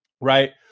Right